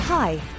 Hi